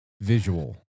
visual